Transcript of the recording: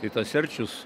ir tas erčius